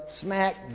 smack